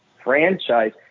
franchise